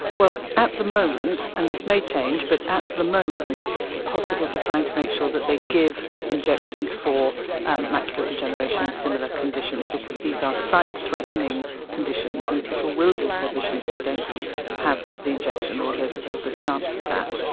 well, at the moment, and this may change, but at the moment the hospitals are trying to make sure that they give injections for macular degeneration and similar conditions because these are sight threatening conditions and people will lose their vision if they don't have the injection or there's a very good chance of that.